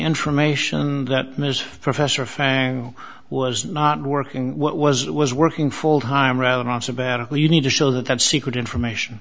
information that mr professor fagging was not working what was was working full time around on sabbatical you need to show that that secret information